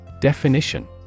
Definition